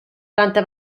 planta